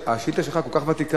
השאילתא שלך כל כך ותיקה,